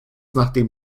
nachdem